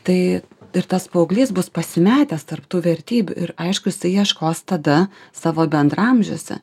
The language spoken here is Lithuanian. tai ir tas paauglys bus pasimetęs tarp tų vertybių ir aišku jisai ieškos tada savo bendraamžiuose